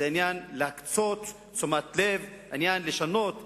זה עניין של להקצות תשומת לב, לשנות גישה,